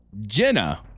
Jenna